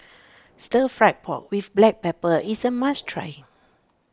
Stir Fried Pork with Black Pepper is a must try